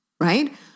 right